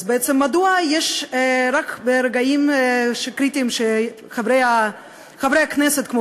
אז בעצם מדוע יש רק רגעים קריטיים שחברי הכנסת כמו